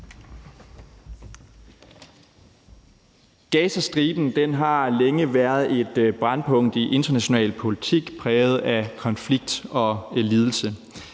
Gazastriben har længe været et brændpunkt i international politik, præget af konflikt og lidelse.